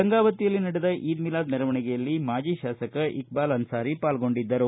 ಗಂಗಾವತಿಯಲ್ಲಿ ನಡೆದ ಈದ್ ಮಿಲಾದ್ ಮೆರವಣಿಗೆಯಲ್ಲಿ ಮಾಜಿ ಶಾಸಕ ಇಕ್ಕಾಲ್ ಅನ್ವಾರಿ ಪಾಲ್ಗೊಂಡಿದ್ದರು